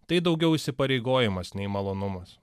tai daugiau įsipareigojimas nei malonumas